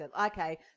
okay